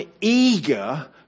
eager